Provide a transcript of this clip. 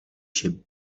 się